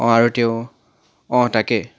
অঁ আৰু তেওঁৰ অঁ তাকে